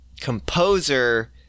composer